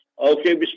Okay